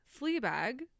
Fleabag